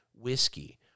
whiskey